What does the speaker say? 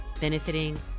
benefiting